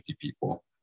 people